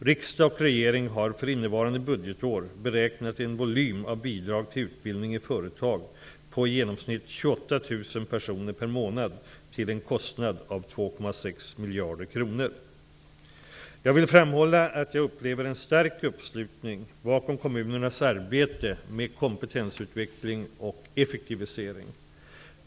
Riksdag och regering har för innevarande budgetår beräknat en volym av bidrag till utbildning i företag för i genomsnitt Jag vill framhålla att jag upplever en stark uppslutning bakom kommunernas arbete med kompetensutveckling och effektivisering.